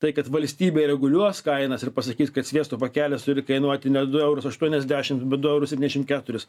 tai kad valstybė reguliuos kainas ir pasakys kad sviesto pakelis turi kainuoti ne du eurus aštuoniasdešimt bet du eurus septyniasdešimt keturis